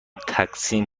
تقسیم